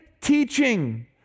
teaching